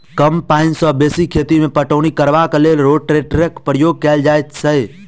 कम पाइन सॅ बेसी खेत मे पटौनी करबाक लेल रोटेटरक प्रयोग कयल जाइत छै